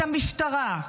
את המשטרה,